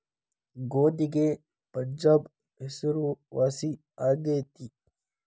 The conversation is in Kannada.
ಗೋಧಿಗೆ ಪಂಜಾಬ್ ಹೆಸರುವಾಸಿ ಆಗೆತಿ